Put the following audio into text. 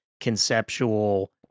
conceptual